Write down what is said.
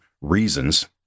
reasons